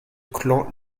clan